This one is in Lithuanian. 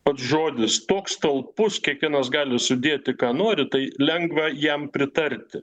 pats žodis toks talpus kiekvienas gali sudėti ką nori tai lengva jam pritarti